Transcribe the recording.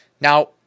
Now